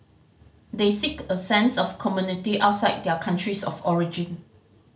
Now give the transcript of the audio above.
they seek a sense of community outside their countries of origin